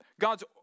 God's